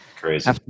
Crazy